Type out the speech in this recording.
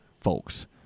folks